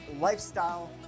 lifestyle